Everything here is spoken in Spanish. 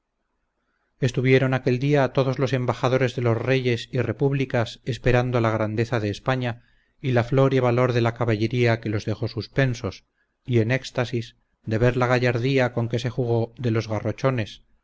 estuvieron aquel día todos los embajadores de los reyes y repúblicas esperando la grandeza de españa y la flor y valor de la caballería que los dejó suspensos y en éxtasis de ver la gallardía con que se jugó de los